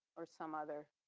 or some other